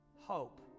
hope